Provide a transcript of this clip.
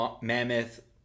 mammoth